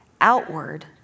outward